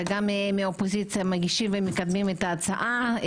ומהאופוזיציה מגישים ומקדמים את ההצעה.